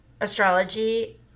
astrology